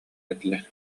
этилэр